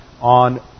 on